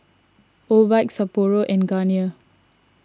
Obike Sapporo and Garnier